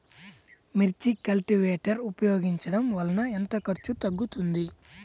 మిర్చి కల్టీవేటర్ ఉపయోగించటం వలన ఎంత ఖర్చు తగ్గుతుంది?